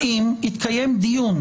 האם התקיים דיון?